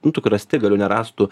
nu tokių rąstigalių ne rąstų